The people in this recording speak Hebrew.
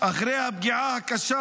אחרי הפגיעה הקשה